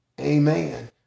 amen